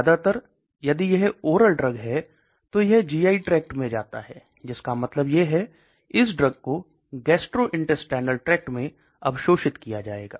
ज्यादातर यदि यह ओरल ड्रग है तो यह GI ट्रैक्ट में जाता है जिसका मतलब यह है की इस ड्रग को गैस्ट्रोइंटेस्टिनल ट्रैक्ट में अवशोषित किया जायेगा